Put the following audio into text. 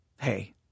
hey